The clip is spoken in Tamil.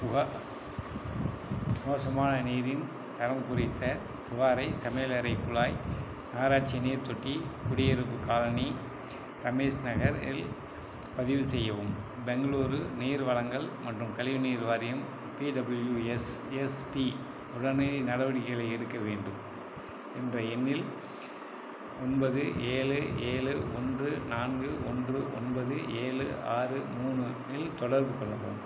புகா மோசமான நீரின் தரம் குறித்தப் புகாரை சமையலறைக் குழாய் நகராட்சி நீர் தொட்டி குடியிருப்புக் காலனி ரமேஷ் நகர் இல் பதிவு செய்யவும் பெங்களூரு நீர் வழங்கல் மற்றும் கழிவு நீர் வாரியம் பிடபுள்யூஎஸ்எஸ்பி உடனடி நடவடிக்கைகளை எடுக்க வேண்டும் என்ற எண்ணில் ஒன்பது ஏழு ஏழு ஒன்று நான்கு ஒன்று ஒன்பது ஏழு ஆறு மூணு இல் தொடர்பு கொள்ளவும்